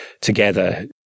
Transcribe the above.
together